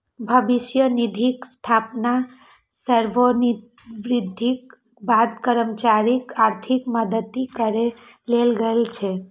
भविष्य निधिक स्थापना सेवानिवृत्तिक बाद कर्मचारीक आर्थिक मदति करै लेल गेल छै